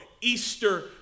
Easter